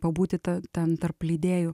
pabūti ta ten tarp leidėjų